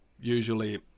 usually